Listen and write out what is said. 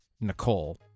Nicole